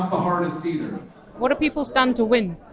hardest either what do people stand to win?